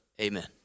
Amen